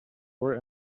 were